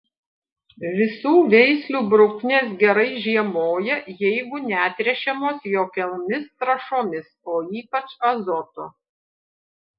visų veislių bruknės gerai žiemoja jeigu netręšiamos jokiomis trąšomis o ypač azoto